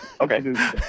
Okay